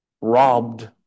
robbed